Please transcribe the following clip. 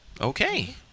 Okay